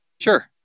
Sure